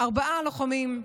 לארבעה לוחמים: